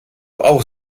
auch